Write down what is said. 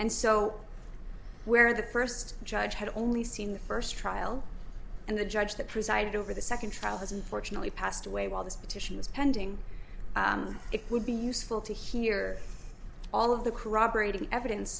and so where the first judge had only seen the first trial and the judge that presided over the second trial has unfortunately passed away while this petition is pending it would be useful to hear all of the corroborating evidence